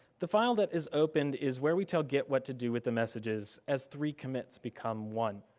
the file that is opened is where we tell git what to do with the messages as three commits become one.